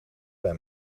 bij